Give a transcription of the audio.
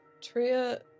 Tria